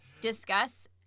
Discuss